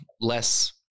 less